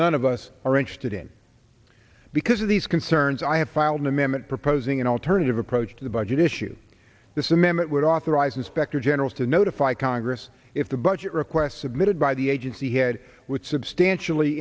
none of us are interested in because of these concerns i have filed an amendment proposing an alternative approach to the budget issue this amendment would authorize inspector generals to notify congress if the budget request submitted by the agency head would substantially